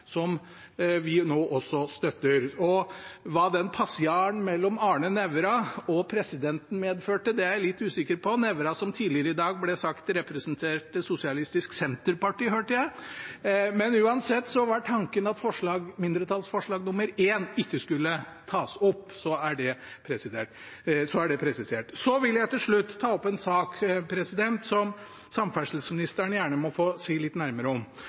som vi nå også støtter. Hva den passiaren mellom Arne Nævra og presidenten medførte, er jeg litt usikker på – Nævra, som det tidligere i dag ble sagt representerte Sosialistisk Senterparti, hørte jeg. Uansett var tanken at mindretallsforslag nr. 1, ikke skulle tas opp – så er det presisert. Til slutt vil jeg ta opp en sak som samferdselsministeren gjerne må få si noe litt nærmere om.